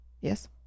Yes